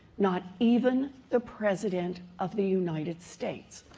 not even the president of the united states.